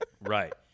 Right